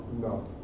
No